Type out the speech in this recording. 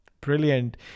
Brilliant